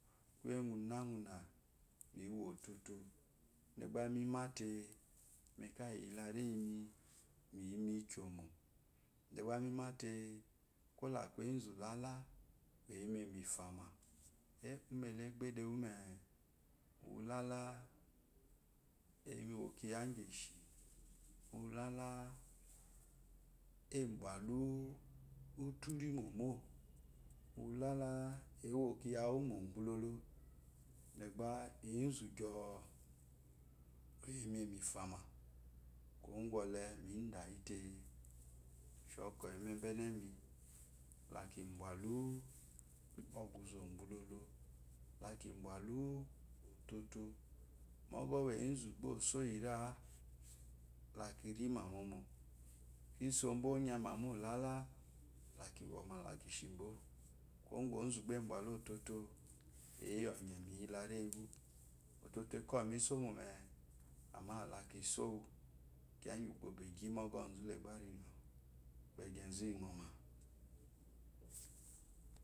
Kuye guna guna miwo ototo ide gba mi mate mekyi kreyiimi miyi mikyomo degba mimate kola aku ezu lala boye mi mifema umele egdebeme uwula ewo kiya gye shi uulwe ebwula utri momo uwulala ewo kiyawu mo gbololo. tegba enzu gyoo oyenu mifama kuwo kwɔle mi dayite shokwɔ emme benemi laki bwalu oguze ogbulolo loki bwalu ototo gba mog engu ojo iyira'a lakirima momo kisobwa onyama mo lala lakwo lakishbwo kuwo ku enzu gba abwalu ototo eyi onye bula reyima ototo akwɔ misomo me amma lakisowu kiya gyi ukpo egyi mo gwozule gba n gyegyi gbegyezu wuŋgoma.